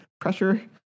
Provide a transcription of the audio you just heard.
pressure